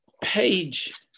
page